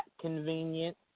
convenient